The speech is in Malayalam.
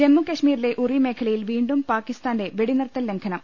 ജമ്മു കശ്മീരിലെ ഉറി മേഖലയിൽ പീണ്ടും പാക്കിസ്ഥാന്റെ വെടിനിർത്തൽ ലംഘനം